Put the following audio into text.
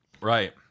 Right